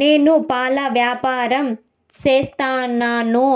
నేను పాల వ్యాపారం సేస్తున్నాను,